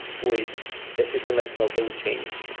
which a system like snowflake would change